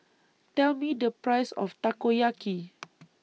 Tell Me The Price of Takoyaki